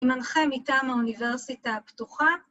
מנחה מטעם האוניברסיטה הפתוחה.